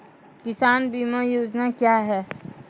किसान बीमा योजना क्या हैं?